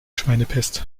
schweinepest